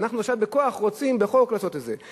ואנחנו עכשיו בכוח רוצים בחוק לעשות את זה.